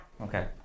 Okay